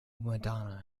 madonna